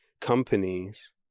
companies